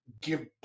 give